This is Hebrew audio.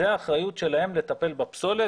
זו האחריות שלהן לטפל בפסולת,